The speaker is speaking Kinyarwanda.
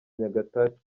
nyagatare